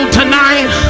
tonight